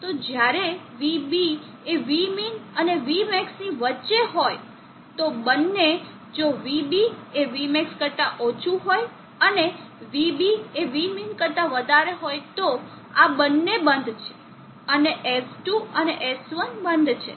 તો જ્યારે vB એ vmin અને vmax ની વચ્ચે હોય તો બંને જો VB એ vmax કરતા ઓછું હોય અને VB એ vmin કરતા વધારે હોય તો આ બંને બંધ છે અને S1 અને S2 બંધ છે